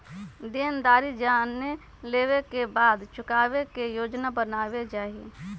देनदारी जाने लेवे के बाद चुकावे के योजना बनावे के चाहि